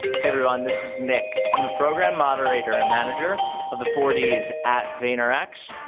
hey everyone this is nick, i'm the program moderator and manager of the four ds at vaynerx.